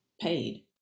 paid